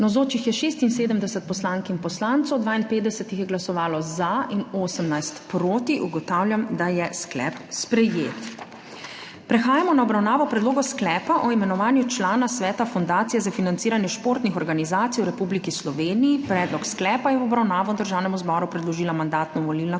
Navzočih je 76 poslank in poslancev, 52 jih je glasovalo za in 18 proti. (Za je glasovalo 52.) (Proti 18.) Ugotavljam, da je sklep sprejet. Prehajamo na obravnavo predloga sklepa o imenovanju člana sveta Fundacije za financiranje športnih organizacij v Republiki Sloveniji. Predlog sklepa je v obravnavo Državnemu zboru predložila Mandatno-volilna komisija.